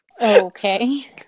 Okay